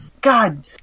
god